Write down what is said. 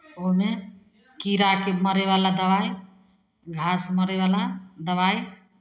ओहिमे कीड़ाके मारयवला दबाइ घास मारयवला दबाइ